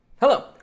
Hello